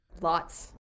Lots